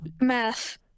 Math